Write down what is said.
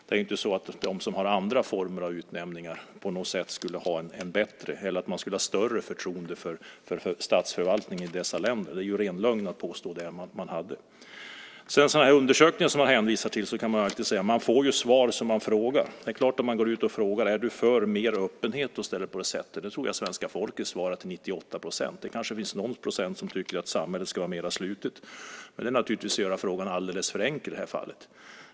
Det är inte så att man på något sätt skulle ha större förtroende för statsförvaltningen i de länder som har andra former av utnämningar. Det är ren lögn att påstå det. Det hänvisas till undersökningar här. Man kan säga att man får svar som man frågar. Man kan gå ut och fråga: Är du för mer öppenhet? Då tror jag att svenska folket till 98 % svarar ja. Det kanske finns någon procent som tycker att samhället ska vara mer slutet. Det är naturligtvis att göra frågan alldeles för enkel i det här fallet.